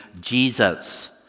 Jesus